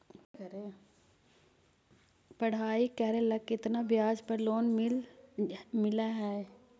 पढाई करेला केतना ब्याज पर लोन मिल हइ?